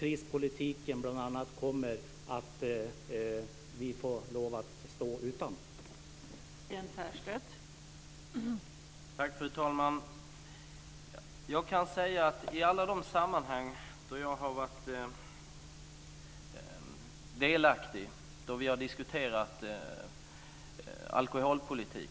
Vi kommer att få lov att stå utan bl.a.